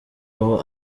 aho